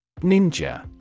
Ninja